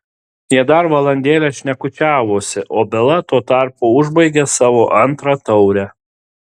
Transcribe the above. jie dar valandėlę šnekučiavosi o bela tuo tarpu užbaigė savo antrą taurę